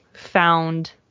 found